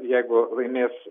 jeigu laimės